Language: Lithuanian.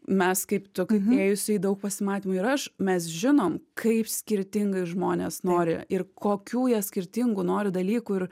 mes kaip tu kaip ėjusi į daug pasimatymų ir aš mes žinom kaip skirtingai žmonės nori ir kokių jie skirtingų nori dalykų ir